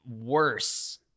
worse